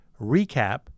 Recap